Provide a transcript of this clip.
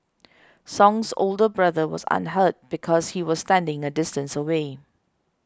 Song's older brother was unhurt because he was standing a distance away